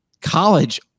College